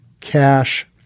cash